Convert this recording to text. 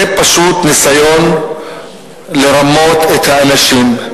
זה פשוט ניסיון לרמות את האנשים,